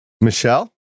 Michelle